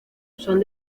son